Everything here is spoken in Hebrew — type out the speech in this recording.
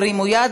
תרימו יד,